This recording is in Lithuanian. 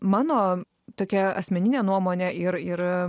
mano tokia asmeninė nuomonė ir ir